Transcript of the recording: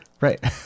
right